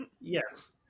yes